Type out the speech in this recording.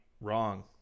Wrong